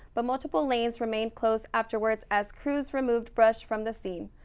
but multiple lanes remain closed afterwards as crews removed brush from the scene.